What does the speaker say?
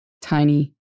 tiny